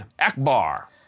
Akbar